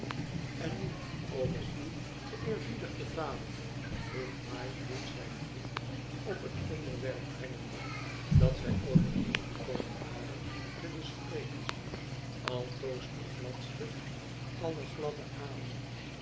en nu over uw geëerbiedigden vader vroeg lightwood zijn vriend op het onderwerp brengende dat zij overeengekomen waren te bespreken altoos de gladste aller gladde alen